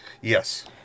Yes